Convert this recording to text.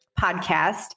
podcast